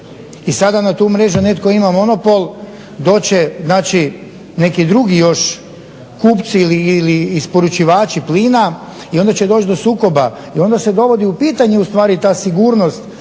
I sada na tu mrežu netko ima monopol. Doći će znači neki drugi još kupci ili isporučivači plina i onda će doći do sukoba. I onda se dovodi u pitanje u stvari ta sigurnost